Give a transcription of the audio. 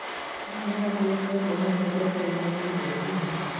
मैंने अगले साल बहुत बचत करने की सोची है